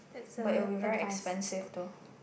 but it will be very expensive though